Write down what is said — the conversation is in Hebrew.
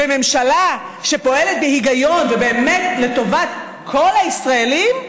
בממשלה שפועלת בהיגיון ובאמת לטובת כל הישראלים,